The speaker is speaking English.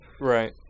Right